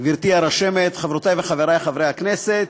גברתי הרשמת, חברי וחברותי חברי הכנסת,